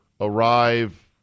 arrive